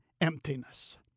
emptiness